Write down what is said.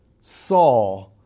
saw